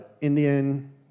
Indian